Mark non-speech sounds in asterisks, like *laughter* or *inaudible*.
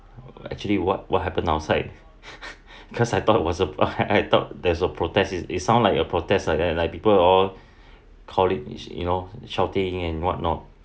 actually what what happened outside *laughs* because I thought was a I I thought there's a protest is it sound like a protest and like people all calling you know shouting and whatnot